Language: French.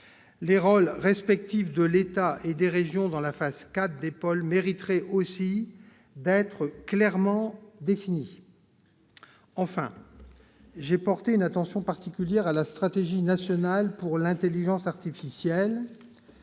Les rôles respectifs de l'État et des régions dans la phase IV des pôles mériteraient aussi d'être clairement définis. J'ai porté une attention particulière à la stratégie nationale pour l'intelligence artificielle.